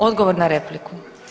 Odgovor na repliku.